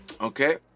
Okay